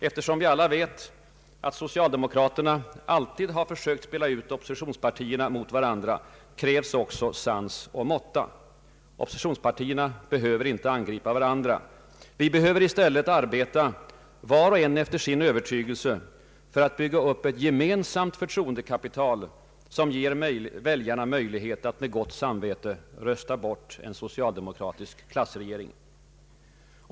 Eftersom vi alla vet, att socialdemokraterna alltid har försökt spela ut oppositionspartierna mot varandra, krävs också sans och måtta. Oppositionspartierna behöver inte angripa varandra. Vi behöver i stället arbeta var och en efter sin övertygelse för att bygga upp ett gemensamt förtroendekapital, som ger väljarna möjlighet att med gott samvete rösta bort en socialdemokratisk klassregering.